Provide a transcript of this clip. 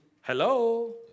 Hello